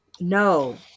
No